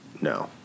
No